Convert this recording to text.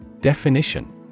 Definition